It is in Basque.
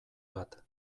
bat